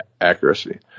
accuracy